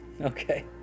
Okay